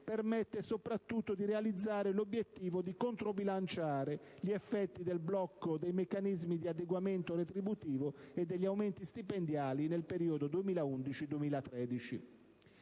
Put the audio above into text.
permette, soprattutto, di realizzare l'obiettivo di controbilanciare gli effetti del blocco dei meccanismi di adeguamento retributivo e degli aumenti stipendiali nel periodo 2011-2013.